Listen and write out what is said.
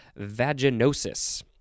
vaginosis